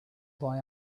boy